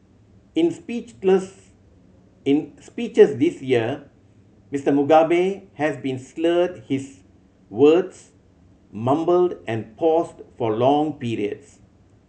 in speech in speeches this year Mister Mugabe has been slurred his words mumbled and paused for long periods